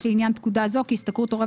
לגבי הפרק של ניכוי דמי שכירות יש כמה